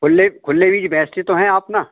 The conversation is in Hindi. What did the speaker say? खुले खुले बीज बेचते तो हैं आप ना